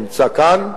נמצא כאן,